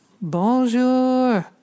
bonjour